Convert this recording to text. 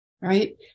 right